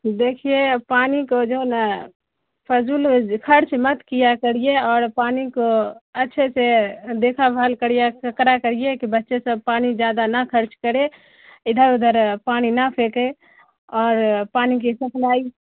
دیکھیے پانی کو جو نا فضول خرچ مت کیا کریے اور پانی کو اچھے سے دیکھا بھال کریے کرا کریے کہ بچے سب پانی زیادہ نہ خرچ کرے ادھر ادھر پانی نہ پھینکے اور پانی کی سپلائی